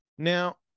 Now